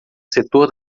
setor